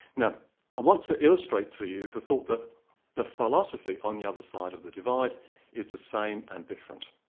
now i want to illustrate to you the thought that the philosophy on the other side of the divide is the same and different.